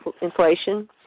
inflation